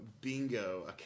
bingo